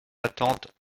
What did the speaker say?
attente